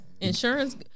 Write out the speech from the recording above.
Insurance